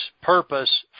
purpose